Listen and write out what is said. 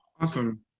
Awesome